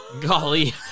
Golly